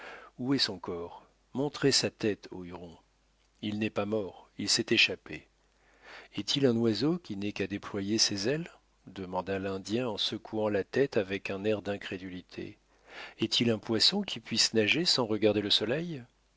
où est son corps montrez sa tête aux hurons il n'est pas mort il s'est échappé est-il un oiseau qui n'ait qu'à déployer ses ailes demanda l'indien en secouant la tête avec un air d'incrédulité est-il un poisson qui puisse nager sans regarder le soleil